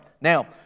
Now